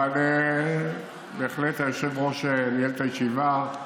מי, אבל בהחלט היושב-ראש ניהל את הישיבה.